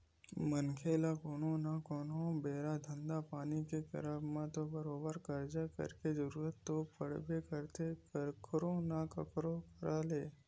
मनखे ल कोनो न कोनो बेरा धंधा पानी के करब म तो बरोबर करजा लेके जरुरत तो पड़बे करथे कखरो न कखरो करा ले